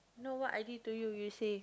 no what i did to you you say